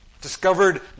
discovered